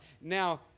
Now